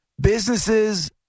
businesses